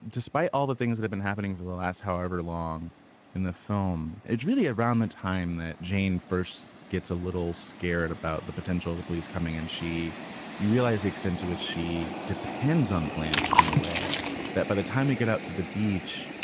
despite all the things have been happening for the last however long in the film, it's really around the time that jane first gets a little scared about the potential of the police coming. and she you realize weeks into it, she depends on blanche in a way that by the time you get out to the beach,